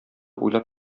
уйлап